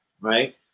right